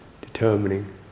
determining